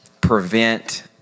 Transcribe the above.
prevent